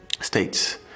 states